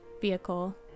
vehicle